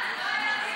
לא היה דיון.